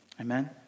Amen